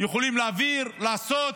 יכולים להעביר, לעשות,